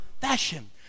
fashion